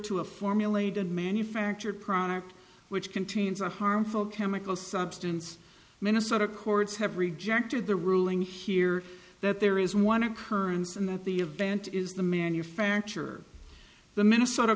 to a formulated manufactured product which contains a harmful chemical substance minnesota courts have rejected the ruling here that there is one occurrence and that the event is the manufacture the minnesota